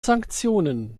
sanktionen